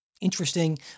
interesting